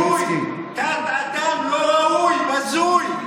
תת-אדם, לא ראוי, בזוי.